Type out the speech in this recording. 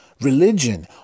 Religion